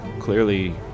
clearly